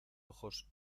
ojos